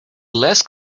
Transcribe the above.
less